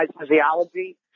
physiology